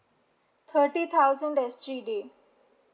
thirty thousand S_G_D